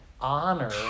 honor